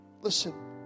Listen